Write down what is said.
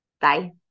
Bye